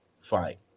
fight